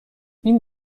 این